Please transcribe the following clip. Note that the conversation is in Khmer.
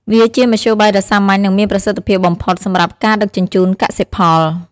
វាជាមធ្យោបាយដ៏សាមញ្ញ និងមានប្រសិទ្ធភាពបំផុតសម្រាប់ការដឹកជញ្ជូនកសិផល។